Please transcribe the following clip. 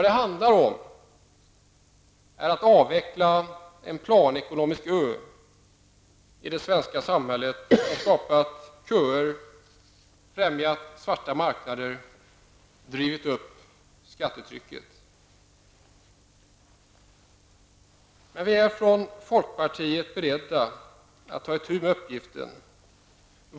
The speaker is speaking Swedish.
Det handlar om att avveckla en planekonomisk ö i det svenska samhället som skapat köer, främjat svarta marknader och drivit upp skattetrycket. Vi är dock från folkpartiet beredda att ta itu med uppgiften.